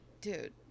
dude